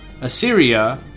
Assyria